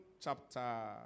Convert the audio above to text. chapter